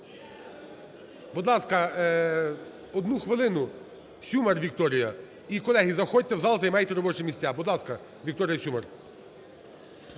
Будь ласка, одну хвилину – Сюмар Вікторія. І, колеги, заходьте в зал, займайте робочі місця. будь ласка, Вікторія Сюмар.